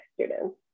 Students